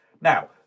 Now